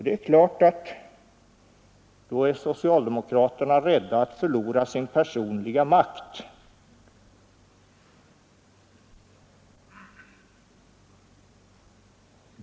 Det är klart att socialdemokraterna är rädda för att förlora sin maktställning.